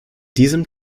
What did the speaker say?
diesem